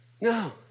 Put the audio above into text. no